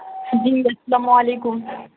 جی السلام علیکم